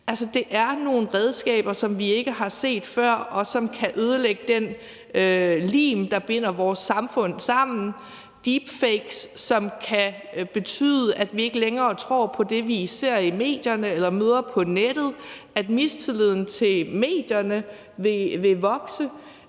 det er nogle redskaber, som vi ikke har set før, og som kan ødelægge den lim, der binder vores samfund sammen. Der er deepfakes, som kan betyde, at vi ikke længere tror på det, vi ser i medierne eller møder på nettet, og at mistilliden til medierne vil vokse.